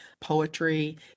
poetry